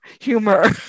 humor